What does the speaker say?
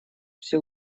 все